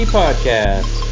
podcast